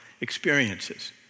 experiences